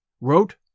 wrote